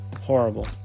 Horrible